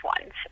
ones